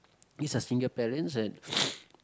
these are single parents and